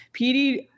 PD